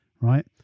right